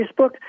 Facebook